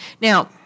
Now